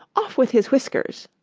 off with his whiskers